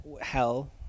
hell